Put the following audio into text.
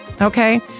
okay